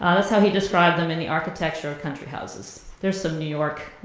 ah that's how he described them in the architecture of country houses. there's some new york